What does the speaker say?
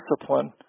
discipline